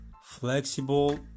flexible